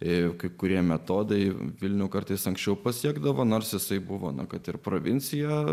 ir kai kurie metodai vilnių kartais anksčiau pasiekdavo nors jisai buvo na kad ir provincija